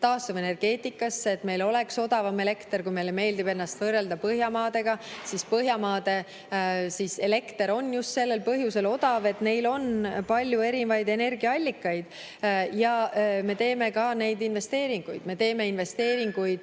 taastuvenergeetikasse, et meil oleks odavam elekter – meile meeldib ennast võrrelda Põhjamaadega, aga nende elekter on odav just sellel põhjusel, et neil on palju erinevaid energiaallikaid –, siis me teeme ka neid investeeringuid. Me teeme investeeringuid